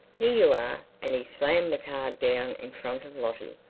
here you are. and he slammed the card down in front of lottie.